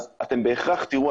אז אתם בהכרח תראו,